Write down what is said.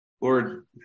Lord